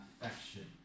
affection